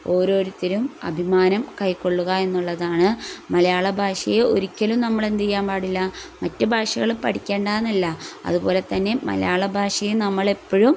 ഓരോരുത്തരും അഭിമാനം കൈക്കൊള്ളുക എന്നുള്ളതാണ് മലയാള ഭാഷയെ ഒരിക്കലും നമ്മളെന്തു ചെയ്യാൻ പാടില്ല മറ്റു ഭാഷകൾ പഠിക്കേണ്ടയെന്നല്ല അതുപോലെത്തന്നെ മലയാള ഭാഷയേയും നമ്മളെപ്പോഴും